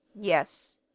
Yes